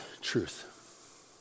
truth